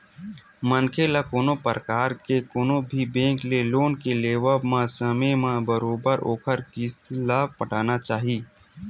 मनखे ल कोनो परकार के कोनो भी बेंक ले लोन के लेवब म समे म बरोबर ओखर किस्ती ल पटाना चाही